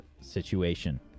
situation